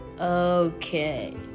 Okay